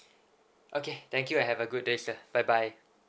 okay thank you have a good day sir bye bye